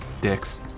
Dicks